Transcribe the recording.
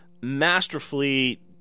masterfully